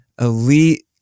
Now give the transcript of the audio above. elite